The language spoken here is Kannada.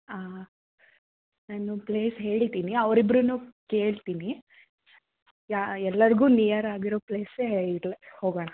ನಾನು ಪ್ಲೇಸ್ ಹೇಳಿದ್ದೀನಿ ಅವರಿಬ್ಬರನ್ನೂ ಕೇಳ್ತೀನಿ ಯಾ ಎಲ್ಲರಿಗೂ ನಿಯರ್ ಆಗಿರೋ ಪ್ಲೇಸೇ ಇಡ್ಲ ಹೋಗೋಣ